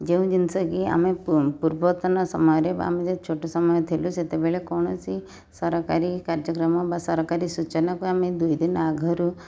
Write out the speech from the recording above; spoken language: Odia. ଯେଉଁ ଜିନିଷ କି ଆମେ ପୂର୍ବତନ ସମୟରେ ବା ଆମେ ଛୋଟ ସମୟ ଥିଲୁ ସେତେବେଳେ କୌଣସି ସରକାରୀ କାର୍ଯ୍ୟକ୍ରମ ବା ସରକାରୀ ସୂଚନାକୁ ଆମେ ଦୁଇଦିନ ଆଗରୁ